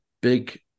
big